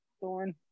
Thorn